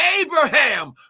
Abraham